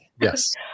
Yes